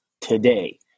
today